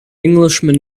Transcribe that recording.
englishman